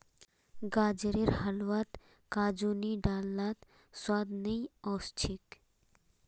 गाजरेर हलवात काजू नी डाल लात स्वाद नइ ओस छेक